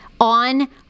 on